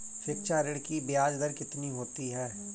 शिक्षा ऋण की ब्याज दर कितनी होती है?